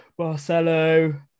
Barcelo